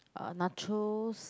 uh nachos